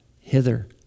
hither